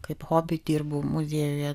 kaip hobi dirbu muziejuje